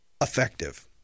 effective